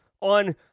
on